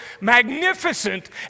magnificent